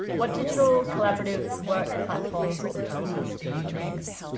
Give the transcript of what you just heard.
what digital collaborative work platforms or tools do you use?